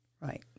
Right